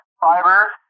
fiber